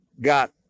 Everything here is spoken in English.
got